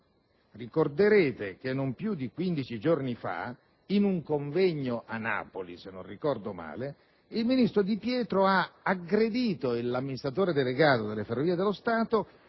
Ricorderete che non più di quindici giorni fa, in un convegno a Napoli, se non ricordo male, il ministro Di Pietro ha aggredito l'amministratore delegato delle Ferrovie dello Stato